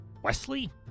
Wesley